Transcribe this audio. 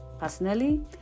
personally